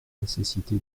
nécessité